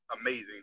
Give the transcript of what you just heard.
amazing